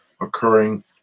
occurring